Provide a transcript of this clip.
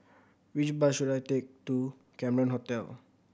which bus should I take to Cameron Hotel